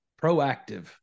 proactive